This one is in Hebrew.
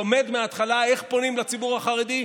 לומד מההתחלה איך פונים לציבור החרדי,